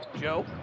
Joe